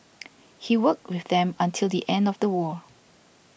he worked with them until the end of the war